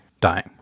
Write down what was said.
dying